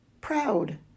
proud